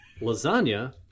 lasagna